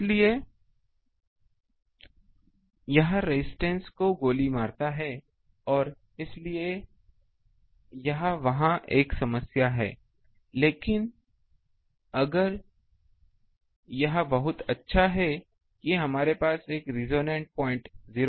इसलिए यह रेजिस्टेंस को गोली मारता है और इसीलिए यह वहां एक समस्या है लेकिन अगर यह बहुत अच्छा है कि हमारे पास एक रेसोनेन्ट पॉइंट 05 के पास है